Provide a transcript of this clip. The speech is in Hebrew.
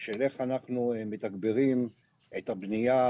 של איך אנחנו מתגברים את הבנייה